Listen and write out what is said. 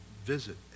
visit